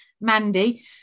Mandy